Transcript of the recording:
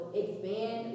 expand